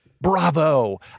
bravo